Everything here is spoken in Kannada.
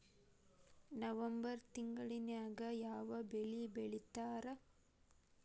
ನವೆಂಬರ್ ತಿಂಗಳದಾಗ ಯಾವ ಬೆಳಿ ಬಿತ್ತತಾರ?